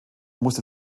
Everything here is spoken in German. musste